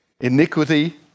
iniquity